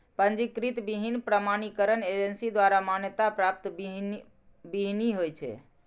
पंजीकृत बीहनि प्रमाणीकरण एजेंसी द्वारा मान्यता प्राप्त बीहनि होइ छै